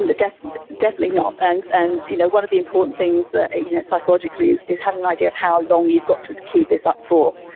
and definitely definitely not. and and you know one of the important things ah you know psychologically is is having an idea of how long you've got to keep this up for.